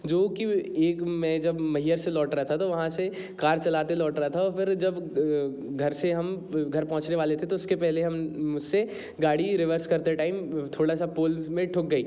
जो कि एक मैं जब महियर से लौट रहा था तो वहाँ से कार चलाते लौट रहा था औ फिर जब घर से हम घर पहुँचने वाले थे तो उसके पहले हम मुझ से गाड़ी रिवर्स करते टाइम थोड़ा सा पोल्स में ठुक गई